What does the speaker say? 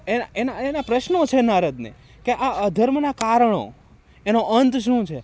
એ એના એના પ્રશ્નો છે નારદને કે અધર્મના કારણો એનો અંત શું છે